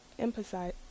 empathize